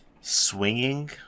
swinging